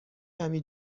کمی